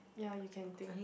ya you can think